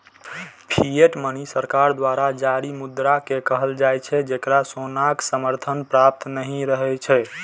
fiat money सरकार द्वारा जारी मुद्रा कें कहल जाइ छै, जेकरा सोनाक समर्थन प्राप्त नहि रहै छै